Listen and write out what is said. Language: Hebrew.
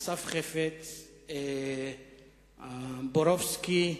אסף חפץ, בורובסקי,